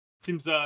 Seems